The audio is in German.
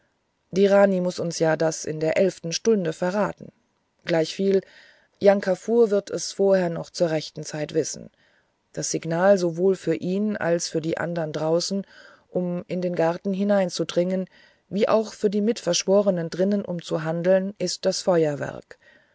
die rani muß uns das in der elften stunde verraten gleichviel jang kafur wird es vorher noch zur rechten zeit wissen das signal sowohl für ihn und für die anderen draußen um in den garten hineinzudringen wie auch für die mitverschworenen drinnen um zu handeln ist das feuerwerk